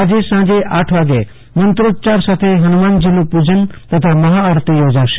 આજે સાંજે આઠ વાગ્યે મંત્રોચ્યાર સાથે હનુમાનજીનું પુજન તથા મહાઆરતી યોજાશે